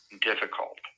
difficult